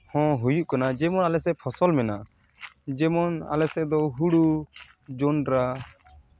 ᱦᱚᱸ ᱦᱩᱭᱩᱜ ᱠᱟᱱᱟ ᱡᱮᱢᱚᱱ ᱟᱞᱮ ᱥᱮᱫ ᱯᱷᱚᱥᱚᱞ ᱢᱮᱱᱟᱜᱼᱟ ᱡᱮᱢᱚᱱ ᱟᱞᱮ ᱥᱮᱫ ᱫᱚ ᱦᱩᱲᱩ ᱡᱚᱱᱰᱨᱟ